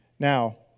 Now